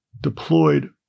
deployed